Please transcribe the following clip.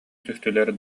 түстүлэр